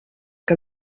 que